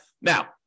Now